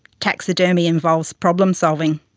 taxidermy involves problem-solving.